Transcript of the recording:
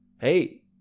hey